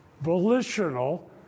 volitional